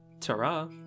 Ta-ra